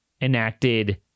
enacted